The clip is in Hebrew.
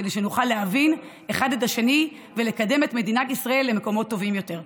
כדי שנוכל להבין אחד את השני ולקדם את מדינת ישראל למקומות טובים יותר.